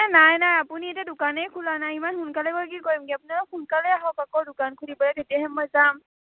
এই নাই নাই আপুনি এতিয়া দোকানেই খোলা নাই ইমান সোনকালে গৈ কি কৰিমগৈ আপুনি অলপ সোনকালে আহক আকৌ দোকান খুলিবলৈ তেতিয়াহে মই যাম